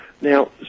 Now